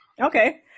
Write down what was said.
Okay